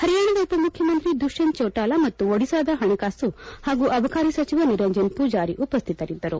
ಪರಿಯಾಣದ ಉಪಮುಖ್ಯಮಂತ್ರಿ ದುಶ್ಯಂತ್ ಚೌಟಾಲಾ ಮತ್ತು ಒಡಿಶಾದ ಹಣಕಾಸು ಹಾಗೂ ಅಬಕಾರ ಸಚಿವ ನಿರಂಜನ್ ಪುಜಾರಿ ಉಪಸ್ಹಿತರಿದ್ದರು